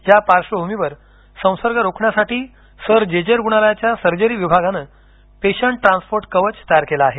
या पार्श्वभूमीवर संसर्ग रोखण्यासाठी सर जे जे रुग्णालयाच्या सर्जरी विभागाने पेशंट ट्रान्सपोर्ट कवच तयार केले आहे